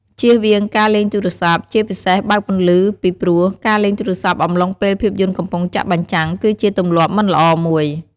ជៀសវាងការលេងទូរស័ព្ទ ជាពិសេសបើកពន្លឺពីព្រោះ ការលេងទូរស័ព្ទអំឡុងពេលភាពយន្តកំពុងចាក់បញ្ចាំង គឺជាទម្លាប់មិនល្អមួយ។